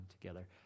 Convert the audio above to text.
together